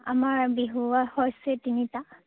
আমাৰ বিহুৱে হৈছে তিনিটা